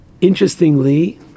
interestingly